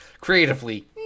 Creatively